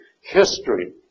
history